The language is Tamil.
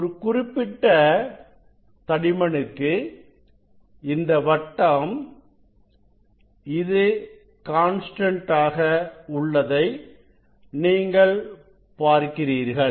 ஒரு குறிப்பிட்ட தடிமனுக்கு இந்த வட்டம் இது கான்ஸ்டன்ட் ஆக உள்ளதை நீங்கள் பார்க்கிறீர்கள்